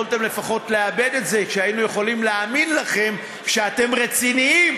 יכולתם לפחות לעבד את זה והיינו יכולים להאמין לכם שאתם רציניים,